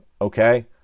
okay